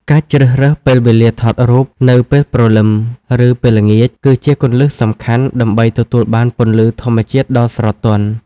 ការជ្រើសរើសពេលវេលាថតរូប នៅពេលព្រលឹម ឬពេលល្ងាច គឺជាគន្លឹះសំខាន់ដើម្បីទទួលបានពន្លឺធម្មជាតិដ៏ស្រទន់។